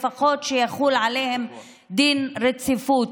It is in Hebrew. לפחות שיחול עליהם דין רציפות.